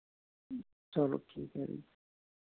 चलो ठीक है